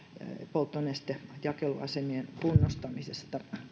polttonestejakeluasemien kunnostamiseen